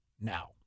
now